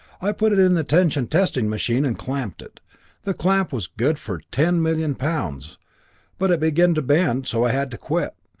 i put it in the tension testing machine, and clamped it the clamp was good for ten million pounds but it began to bend, so i had to quit.